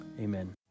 amen